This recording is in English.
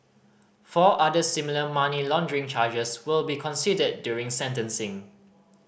four other similar money laundering charges will be considered during sentencing